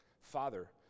Father